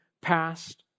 past